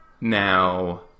Now